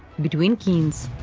between kings,